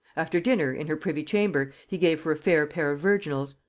after dinner, in her privy-chamber, he gave her a fair pair of virginals.